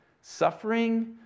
suffering